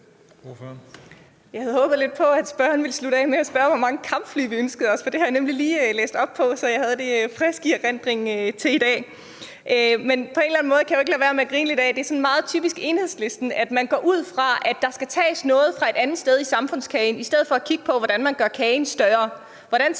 Jeg havde håbet lidt på, at spørgeren ville slutte af med at spørge, hvor mange kampfly vi ønskede os, for det har jeg nemlig lige læst op på, så jeg havde det frisk i erindring til i dag. På en eller anden måde kan jeg ikke lade være med at grine lidt af det, for det er meget typisk Enhedslisten, at man går ud fra, at der skal tages noget fra et andet sted i samfundskagen, i stedet for at kigge på, hvordan man gør kagen større.